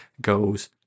goes